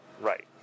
Right